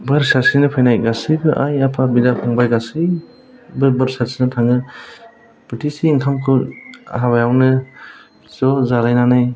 बोर सारस्रिनो फैनाय गासैबो आइ आफा बिदा फंबाय गासैबो बोर सारस्रिना थाङो बोथिसे ओंखामखौ हाबायावनो ज' जालायनानै